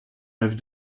rêves